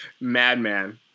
Madman